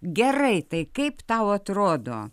gerai tai kaip tau atrodo